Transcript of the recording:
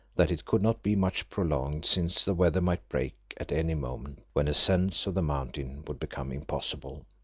that it could not be much prolonged, since the weather might break at any moment, when ascents of the mountain would become impossible.